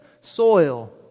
soil